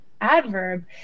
adverb